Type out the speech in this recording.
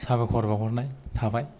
साबायखर बावहरनाय थाबाय